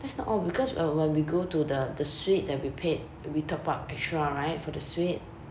that's not all because uh when we go to the the suite that we paid we top up extra right for the suite